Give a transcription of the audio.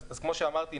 אז כמו שאמרתי,